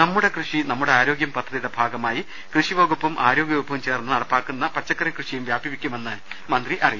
നമ്മുടെ കൃഷി നമ്മുടെ ആരോഗൃം പദ്ധതിയുടെ ഭാഗമായി കൃഷിവകുപ്പും ആരോഗ്യ വകുപ്പും ചേർന്ന് നടപ്പിലാക്കുന്ന പച്ചക്കറികൃഷിയും വ്യാപിപ്പിക്കുമെന്ന് മന്ത്രി പറഞ്ഞു